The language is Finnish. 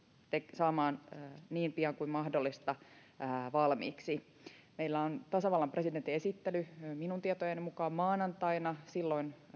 saamaan valmiiksi niin pian kuin mahdollista meillä on tasavallan presidentin esittely minun tietojeni mukaan maanantaina silloin